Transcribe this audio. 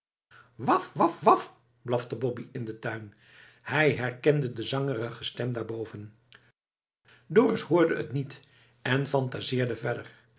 waf waf waf blafte boppie in den tuin hij herkende de zangerige stem daarboven dorus hoorde het niet en phantaseerde verder